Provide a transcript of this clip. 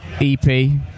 EP